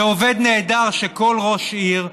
זה עובד נהדר שכל ראש עיר,